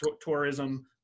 tourism